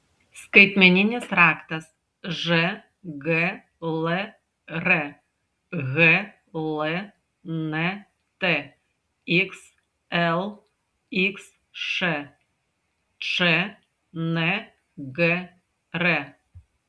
skaitmeninis raktas žglr hlnt xlxš čngr